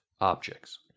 objects